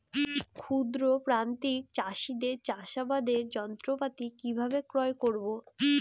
ক্ষুদ্র প্রান্তিক চাষীদের চাষাবাদের যন্ত্রপাতি কিভাবে ক্রয় করব?